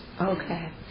okay